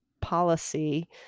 policy